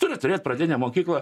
turi turėt pradinę mokyklą